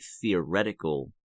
theoretical